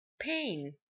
pain